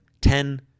ten